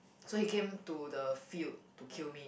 so he came to the field to kill me